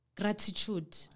gratitude